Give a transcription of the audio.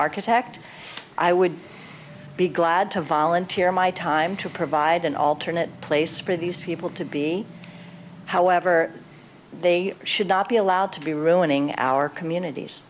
architect i would be glad to volunteer my time to provide an alternate place for these people to be however they should not be allowed to be ruining our communities